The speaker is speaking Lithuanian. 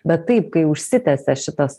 bet taip kai užsitęsia šitas